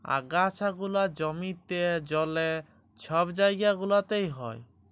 আগাছা গুলা জমিতে, জলে, ছব জাইগা গুলাতে হ্যয়